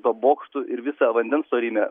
tuo bokštu ir visą vandens storymę